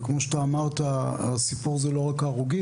וכמו שאתה אמרת הסיפור הזה הוא לא הרג הרוגים,